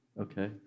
Okay